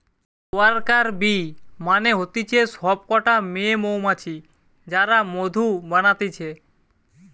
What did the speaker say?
worker bee মানে হতিছে সব কটা মেয়ে মৌমাছি যারা মধু বানাতিছে